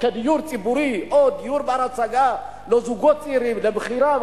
כדיור ציבורי או דיור בר-השגה לזוגות צעירים למכירה,